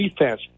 defense